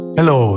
Hello